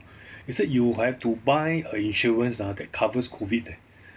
they said you have to buy a insurance ah that covers COVID leh